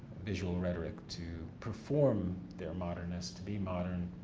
visual rhetoric to perform their modernness, to be modern,